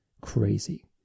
crazy